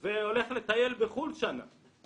שלו וילך לטייל שנה בחו"ל.